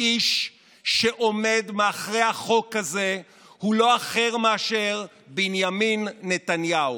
האיש שעומד מאחורי החוק הזה הוא לא אחר מאשר בנימין נתניהו.